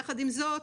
יחד עם זה,